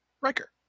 Riker